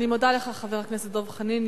אני מודה לך, חבר הכנסת דב חנין.